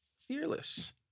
fearless